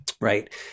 right